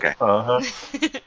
okay